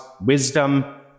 wisdom